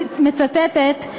מצטטת,